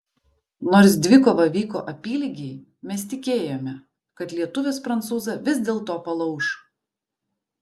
nors dvikova vyko apylygiai mes tikėjome kad lietuvis prancūzą vis dėlto palauš